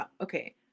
Okay